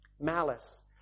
Malice